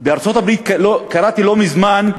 בארצות-הברית, קראתי לא מזמן,